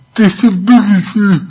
disability